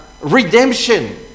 redemption